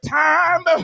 time